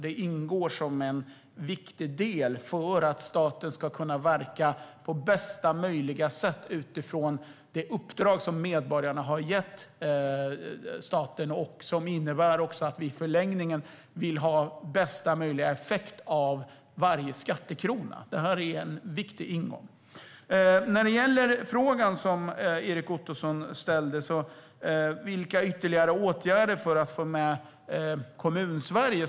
Det ingår som en viktig del för att staten ska kunna verka på bästa möjliga sätt utifrån det uppdrag som medborgarna har gett staten och som i förlängningen innebär att vi vill ha bästa möjliga effekt av varje skattekrona. Det är en viktig ingång. Erik Ottoson ställde en fråga om ytterligare åtgärder för att få med Kommunsverige.